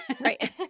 right